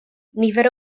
nifer